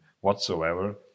whatsoever